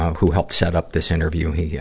who helped set up this interview. he, yeah